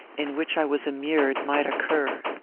in which i was immured, might occur.